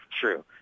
true